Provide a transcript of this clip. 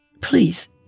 Please